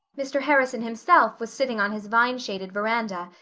mr. harrison himself was sitting on his vineshaded veranda,